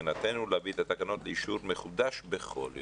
מבחינתנו להביא את התקנות לאישור מחודש בכל יום.